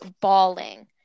bawling